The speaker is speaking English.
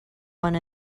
one